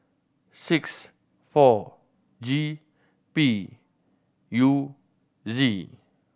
six four G P U Z